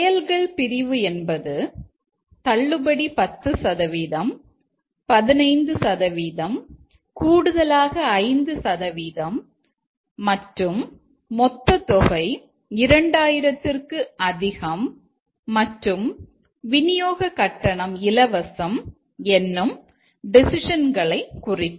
செயல்கள் பிரிவு என்பது தள்ளுபடி 10 சதவீதம் 15 சதவீதம் கூடுதலாக 5 சதவீதம் மற்றும் மொத்த தொகை 2000 ற்கு அதிகம் மற்றும் விநியோக கட்டணம் இலவசம் என்னும் டெசிஷன்களை குறிக்கும்